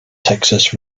texas